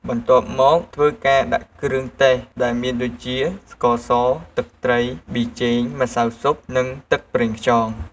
បន្ទាប់មក ធ្វើការដាក់គ្រឿងទេសដែលមានដូចជា ស្ករស ទឹកត្រី ប៊ីចេង ម្សៅស៊ុប និងទឹកប្រងខ្យង។